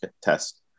test